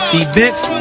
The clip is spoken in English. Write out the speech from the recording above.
events